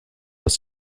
ist